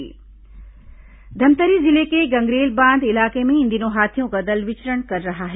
हाथी उत्पात धमतरी जिले के गंगरेल बांध इलाके में इन दिनों हाथियों का दल विचरण कर रहा है